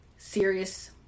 serious